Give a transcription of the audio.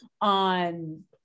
on